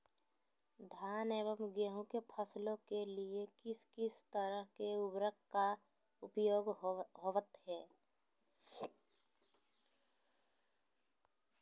धान एवं गेहूं के फसलों के लिए किस किस तरह के उर्वरक का उपयोग होवत है?